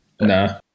Nah